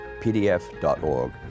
pdf.org